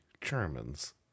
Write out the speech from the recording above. Germans